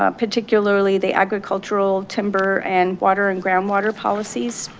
um particularly the agricultural, timber, and water, and groundwater policies.